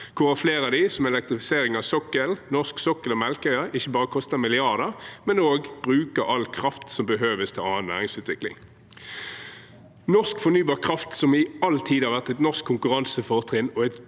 hvorav flere av dem – som elektrifisering av norsk sokkel og Melkøya – ikke bare koster milliarder, men også bruker all kraft som behøves til annen næringsutvikling. Norsk fornybar kraft, som i alle tider har vært et norsk konkurransefortrinn